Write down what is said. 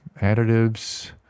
additives